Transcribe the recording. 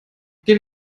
gehen